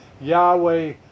Yahweh